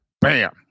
Bam